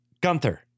Gunther